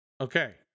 Okay